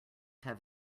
have